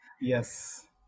Yes